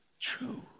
true